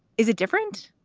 is it different?